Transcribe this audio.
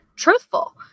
truthful